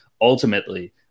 ultimately